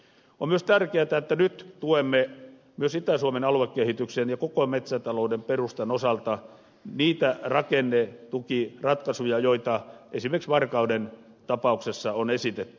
on myös tärkeätä että nyt tuemme myös itä suomen aluekehityksen ja koko metsätalouden perustan osalta niitä rakennetukiratkaisuja joita esimerkiksi varkauden tapauksessa on esitetty